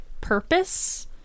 purpose